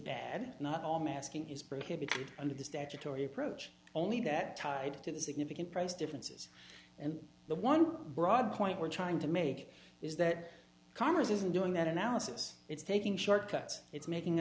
bad not all masking is prohibited under the statutory approach only that tied to the significant price differences and the one broad point we're trying to make is that congress isn't doing that analysis it's taking shortcuts it's making